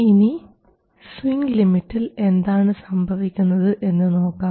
ഇനി സ്വിംഗ് ലിമിറ്റിൽ എന്താണ് സംഭവിക്കുന്നത് എന്ന് നോക്കാം